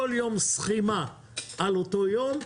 כל יום סכימה על אותו יום,